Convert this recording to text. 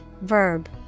verb